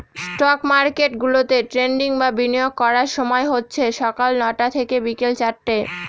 stock market গুলাতে trading বা বিনিয়োগ করার সময় হচ্ছে সকাল নটা থেকে বিকেল চারটে